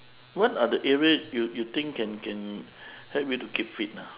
what are the area you you think can can help you to keep fit ah